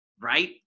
right